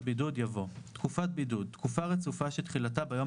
בידוד" יבוא: ""תקופת בידוד" תקופה רצופה שתחילתה ביום